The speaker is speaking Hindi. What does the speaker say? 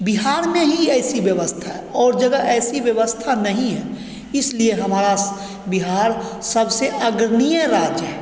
बिहार में ही ऐसी व्यवस्था है और जगह ऐसी व्यवस्था नहीं है इसलिए हमारा बिहार सबसे अग्रणीय राज्य है